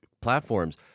platforms